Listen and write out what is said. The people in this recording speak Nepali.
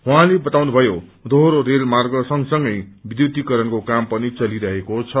उहाँले बताउनुभयो दोहोरो लेरेलमार्ग संसगै ध्यिूतीकरणको काम पनि चलिरहेको छ